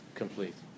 complete